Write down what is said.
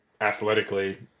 athletically